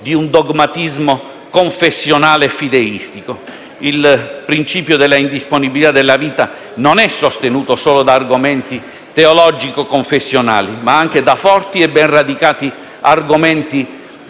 di un dogmatismo confessionale e fideistico. Il principio della indisponibilità della vita non è sostenuto solo da argomenti teologico-confessionali, ma anche da forti e ben radicati argomenti